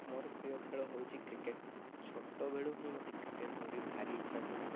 ମୋର ପ୍ରିୟ ଖେଳ ହେଉଛି କ୍ରିକେଟ ଛୋଟବେଳୁ ହିଁ ମୋତେ କ୍ରିକେଟ ପ୍ରତି ଭାରି ଇଚ୍ଛା ଥିଲା